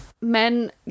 men